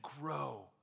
grow